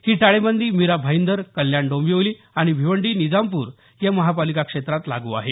ही टाळेबंदी मीरा भाईंदर कल्याण डोंबिवली आणि भिवंडी निजामपूर या महापालिका क्षेत्रात लागू आहे